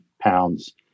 pounds